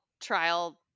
trial